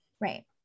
Right